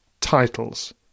titles